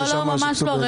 לא, ממש לא.